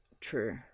True